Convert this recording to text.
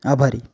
आभारी